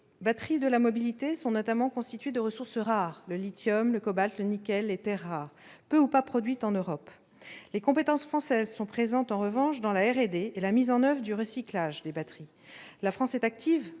batteries de la mobilité sont notamment constituées de ressources rares- le lithium, le cobalt, le nickel, les terres rares -, peu ou pas produites en Europe. Les compétences françaises existent, en revanche, dans la R&D et la mise en oeuvre du recyclage des batteries. La France est active,